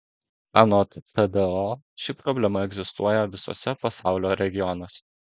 anot tdo ši problema egzistuoja visuose pasaulio regionuose